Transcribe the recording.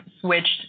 switched